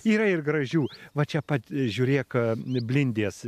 yra ir gražių va čia pat žiūrėk blindės